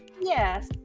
Yes